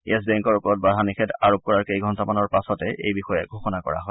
য়েছ বেংকৰ ওপৰত বাধা নিষেধ আৰোপ কৰাৰ কেইঘণ্টা মানৰ পাছতে এই বিষয়ে ঘোষণা কৰা হয়